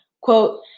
quote